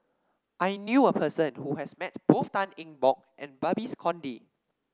I knew a person who has met both Tan Eng Bock and Babes Conde